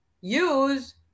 use